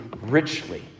richly